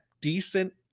decent